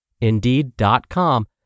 Indeed.com